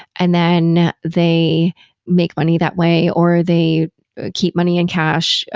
and then they make money that way, or they keep money in cash,